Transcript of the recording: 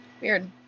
Weird